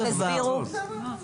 תסבירו.